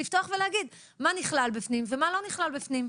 לפתוח ולהגיד מה נכלל בפנים ומה לא נכלל בפנים,